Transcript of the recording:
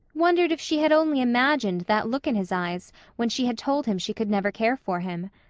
wondered if she had only imagined that look in his eyes when she had told him she could never care for him.